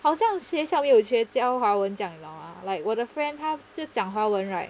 好像学校没有学教华文这样你懂吗 like 我的 friend 他就讲华文 right